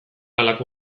halako